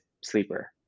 sleeper